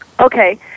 Okay